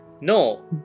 No